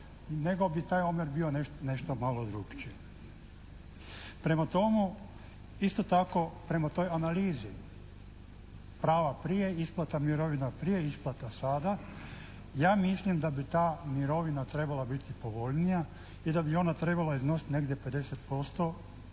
nego bi taj omjer bio nešto malo drukčiji. Prema tome, isto tako prema toj analizi prava prije isplata mirovina prije i isplata sada ja mislim da bi ta mirovina trebala biti povoljnija i da bi ona trebala iznositi negdje 50%